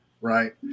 right